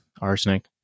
Arsenic